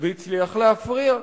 והצליח להפריע,